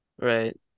Right